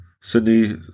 Sydney